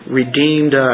redeemed